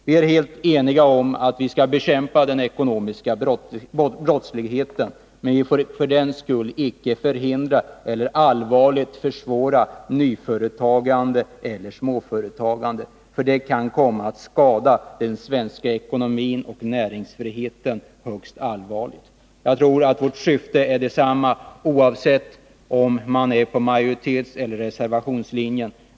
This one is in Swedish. Vi är helt eniga om att vi skall bekämpa den ekonomiska brottsligheten, men vi får för den skull icke förhindra eller allvarligt försvåra nyföretagande eller småföretagande, ty det kan komma att skada den svenska ekonomin och näringsfriheten högst allvarligt. Jag tror att vårt syfte är detsamma, oavsett om vi är på majoritetseller reservationslinjen.